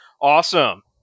awesome